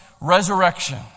resurrection